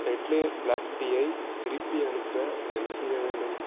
Tetley black டீயை திருப்பி அனுப்ப என்ன செய்ய வேண்டும்